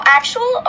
actual